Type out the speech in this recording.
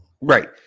Right